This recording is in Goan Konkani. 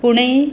पुणे